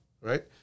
right